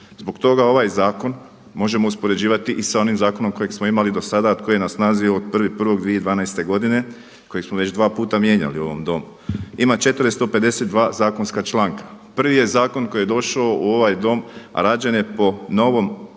Zbog toga ovaj zakon možemo uspoređivati i sa onim zakonom kojeg smo imali dosada a koji je na snazi od 1.1.2012. godine kojeg smo već dva puta mijenjali u ovom Domu. Ima 452 zakonska članka. Prvi je zakon koji je došao u ovaj Dom a rađen je po novom